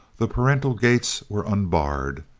the parental gates were unbarred.